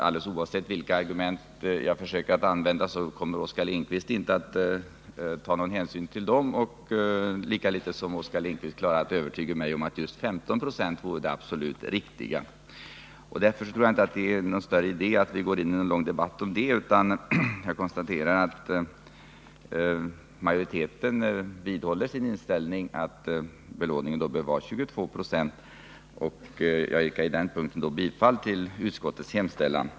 Alldeles oavsett vilka argument jag försöker att använda kommer Oskar Lindkvist inte att ta någon hänsyn till dem, lika litet som Oskar Lindkvist kan övertyga mig om att 15 926 vore det absolut riktiga. Därför tror jag inte att det är någon idé att vi går in i någon lång debatt om denna sak, utan jag konstaterar att majoriteten vidhåller sitt ställningstagande att belåningen bör vara 22 96. På den punkten yrkar jag då bifall till utskottets hemställan.